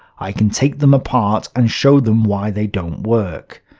i can take them apart and show them why they don't work.